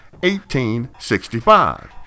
1865